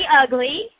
Ugly